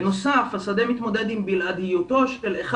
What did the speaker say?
בנוסף השדה מתמודד עם בלעדיותו של אחד